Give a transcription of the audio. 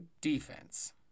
defense